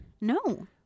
No